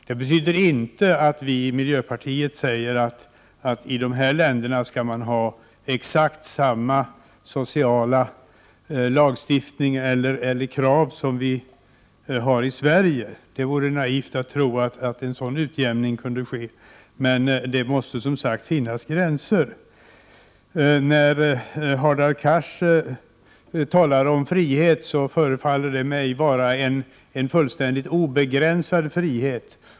Det betyder inte att vi i miljöpartiet säger att man i dessa länder skall ha exakt samma sociala lagstiftning eller samma krav som vi har i Sverige — det vore naivt att tro att en sådan utjämning kunde ske — men det måste som sagt finnas gränser. När Hadar Cars talar om frihet förefaller det mig som om han avser en fullständigt obegänsad frihet.